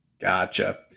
Gotcha